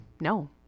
No